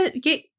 get